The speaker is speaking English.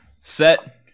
Set